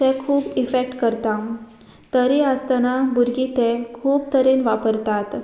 तें खूब इफेक्ट करता तरी आसतना भुरगीं तें खूब तरेन वापरतात